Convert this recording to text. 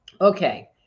Okay